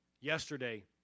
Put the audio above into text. Yesterday